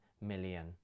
million